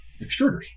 extruders